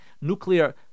Nuclear